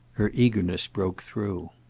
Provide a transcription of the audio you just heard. her eagerness broke through.